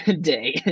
day